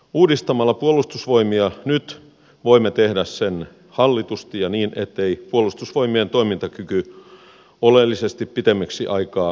uudistamalla puolustusvoimia nyt voimme tehdä sen hallitusti ja niin ettei puolustusvoimien toimintakyky oleellisesti pitemmäksi aikaa heikkene